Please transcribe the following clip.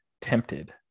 tempted